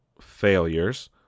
failures